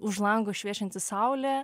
už lango šviečianti saulė